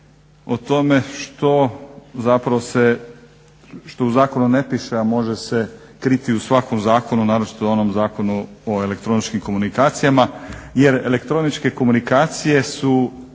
o tome što zapravo se što u zakonu ne piše, a može se kriti u svakom zakonu, naročito onom Zakonu o elektroničkim komunikacijama. Jer elektroničke komunikacije su